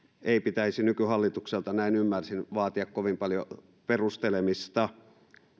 ei pitäisi nykyhallitukselta näin ymmärsin vaatia kovin paljon perustelemista